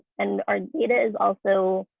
and our data is also